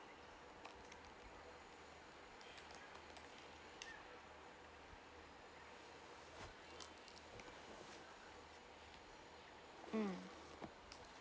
mm